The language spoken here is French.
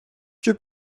que